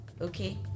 okay